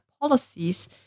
policies